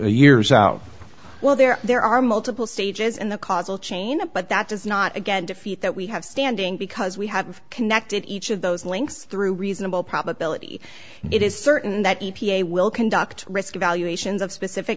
years out well there there are multiple stages in the causal chain but that does not again defeat that we have standing because we have connected each of those links through reasonable probability it is certain that e p a will conduct risk evaluations of specific